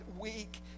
weak